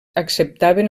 acceptaven